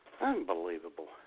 Unbelievable